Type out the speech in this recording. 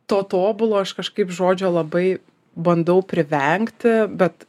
to tobulo aš kažkaip žodžio labai bandau privengti bet